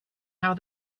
how